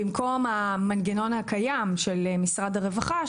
במקום המנגנון הקיים של משרד הרווחה,